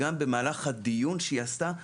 במהלך הדיון שעשתה,